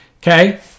okay